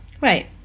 Right